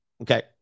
Okay